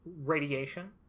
radiation